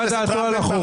מה דעתו על החוק.